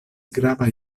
grava